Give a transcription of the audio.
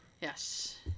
Yes